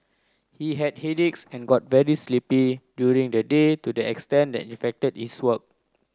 he had headaches and got very sleepy during the day to the extent that it affected his work